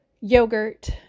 yogurt